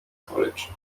college